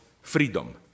freedom